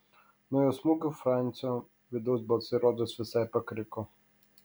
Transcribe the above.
nuo jo smūgių francio vidaus balsai rodos visai pakriko